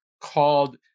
called